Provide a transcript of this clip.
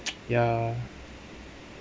ya